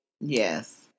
Yes